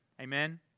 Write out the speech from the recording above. Amen